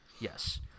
Yes